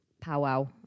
powwow